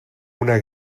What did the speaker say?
una